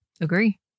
agree